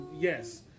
Yes